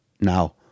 Now